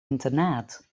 internaat